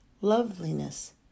loveliness